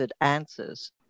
answers